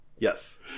Yes